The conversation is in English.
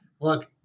Look